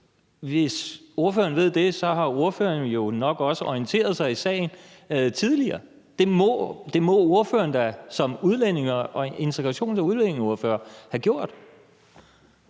Hvis ordføreren ved det, har ordføreren jo nok også orienteret sig i sagen tidligere. Det må ordføreren da som integrations- og udlændingeordfører have gjort.